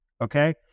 Okay